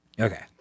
Okay